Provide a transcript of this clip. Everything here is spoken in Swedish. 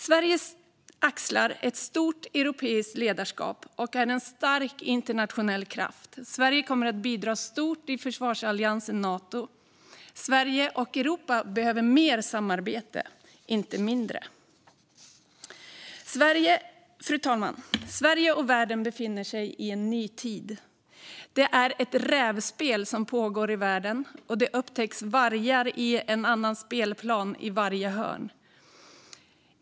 Sverige axlar ett stort europeiskt ledarskap och är en stark internationell kraft. Sverige kommer att bidra stort i försvarsalliansen Nato. Sverige och Europa behöver mer samarbete, inte mindre. Fru talman! Sverige och världen befinner sig i en ny tid. Det är ett rävspel som pågår i världen, och vargar upptäcks i varje hörn av spelplanen.